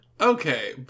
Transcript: Okay